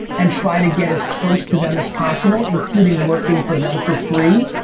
and try to get as close to them as possible, including working for them for free,